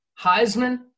Heisman